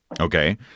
okay